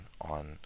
on